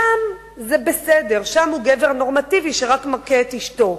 שם זה בסדר, שם הוא גבר נורמטיבי שרק מכה את אשתו,